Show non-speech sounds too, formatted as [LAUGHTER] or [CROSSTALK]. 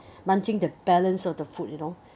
[BREATH] munching the balance of the food you know